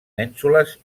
mènsules